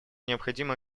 необходимо